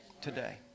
today